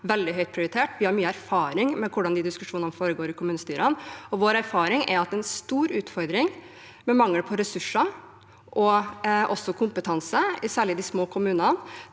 Vi har mye erfaring med hvordan de diskusjonene foregår i kommunestyrene, og vår erfaring er at det er en stor utfordring med mangel på ressurser og kompetanse, særlig i de små kommunene,